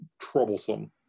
troublesome